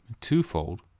Twofold